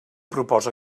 proposa